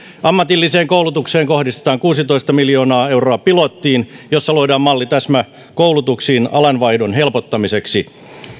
ammatilliseen koulutukseen kohdistetaan kuusitoista miljoonaa euroa pilottiin jossa luodaan malli täsmäkoulutuksiin alanvaihdon helpottamiseksi